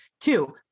Two